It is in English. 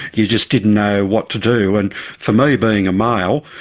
you just didn't know what to do. and for me being a male,